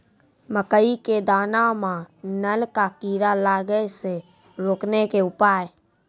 मकई के दाना मां नल का कीड़ा लागे से रोकने के उपाय?